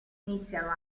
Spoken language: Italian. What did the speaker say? iniziano